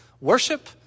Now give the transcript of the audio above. worship